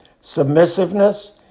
Submissiveness